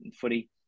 footy